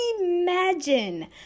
imagine